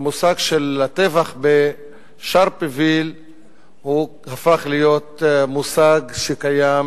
המושג של הטבח בשרפוויל הפך להיות מושג שקיים